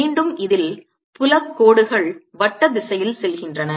மீண்டும் இதில் புலக்கோடுகள் வட்ட திசையில் செல்கின்றன